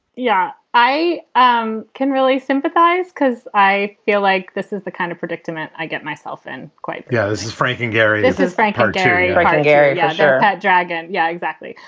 yeah, i um can really sympathize because i feel like this is the kind of predicament i get myself in. quite yeah as frank and gary. this is frank. our gary frank and gary yeah gary dragon. yeah, exactly.